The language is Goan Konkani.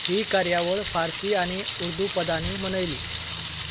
ही कार्यावळ फारसी आनी उर्दू पदांनी मनयली